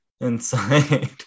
inside